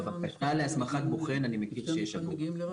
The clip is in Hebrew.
בבקשה להסמכת בוחן אני מכיר שיש אגרות.